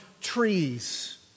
trees